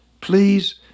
Please